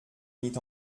mit